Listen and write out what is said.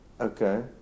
Okay